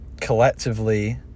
collectively